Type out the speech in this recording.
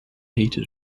hated